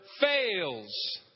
fails